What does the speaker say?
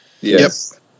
yes